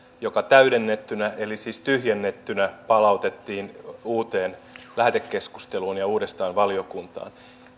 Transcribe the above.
joka täydennettynä eli siis tyhjennettynä palautettiin uuteen lähetekeskusteluun ja uudestaan valiokuntaan